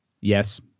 Yes